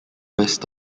west